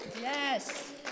Yes